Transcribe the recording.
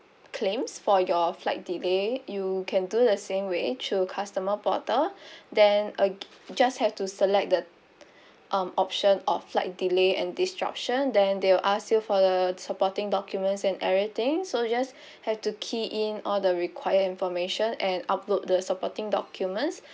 claims for your flight delay you can do the same way through customer portal then again just have to select the um option of flight delay and disruption then they'll ask you for the supporting documents and everything so just have to key in all the required information and upload the supporting documents